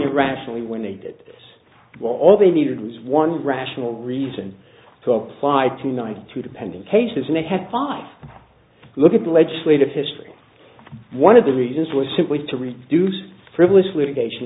irrationally when they did this all they needed was one rational reason to apply to ninety two the pending cases and they had thought look at the legislative history one of the reasons was simply to reduce frivolous litigation